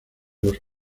los